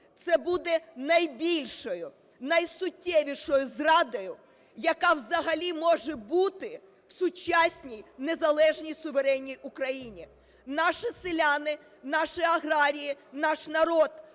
це буде найбільшою, найсуттєвішою зрадою, яка взагалі може бути в сучасній незалежній суверенній Україні. Наші селяни, наші аграрії, наш народ